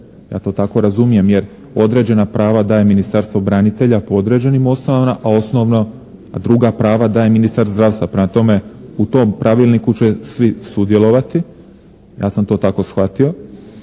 Ja to tako razumijem jer određena prava daje Ministarstvo branitelja po određenim osnovama osnovno, a druga prava daje ministar zdravstva. Prema tome, u tom pravilniku će svi sudjelovati, ja sam to tako shvatio